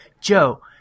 Joe